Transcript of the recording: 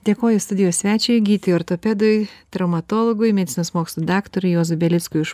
dėkoju studijos svečiui gydytojui ortopedui traumatologui medicinos mokslų daktarui juozui belickui už